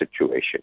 situation